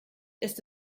ist